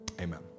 amen